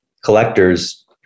collectors